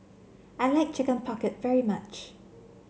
I like Chicken Pocket very much